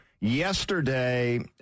yesterday